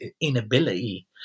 inability